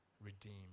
redeemed